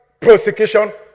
Prosecution